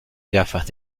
gafas